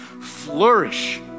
flourish